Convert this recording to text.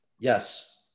Yes